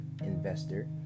investor